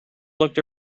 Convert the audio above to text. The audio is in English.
looked